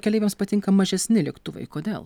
keleiviams patinka mažesni lėktuvai kodėl